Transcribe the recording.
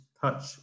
touch